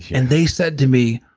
and they said to me,